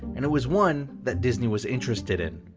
and it was one that disney was interested in.